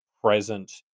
present